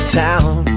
town